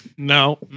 No